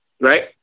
Right